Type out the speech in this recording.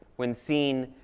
when seen